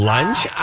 Lunch